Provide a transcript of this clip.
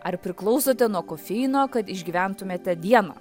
ar priklausote nuo kofeino kad išgyventumėte dieną